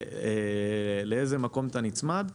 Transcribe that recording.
לאיזה מקום אתה נצמד.